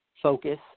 focus